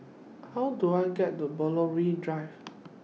How Do I get to Belgravia Drive